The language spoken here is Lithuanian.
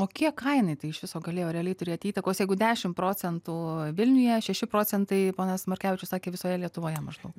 o kiek kainai tai iš viso galėjo realiai turėti įtakos jeigu dešim procentų vilniuje šeši procentai ponas markevičius sakė visoje lietuvoje maždaug